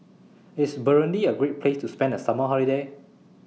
IS Burundi A Great Place to spend The Summer Holiday